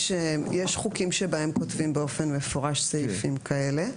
יש חוקים שבהם כותבים באופן מפורש סעיפים כאלה.